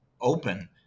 open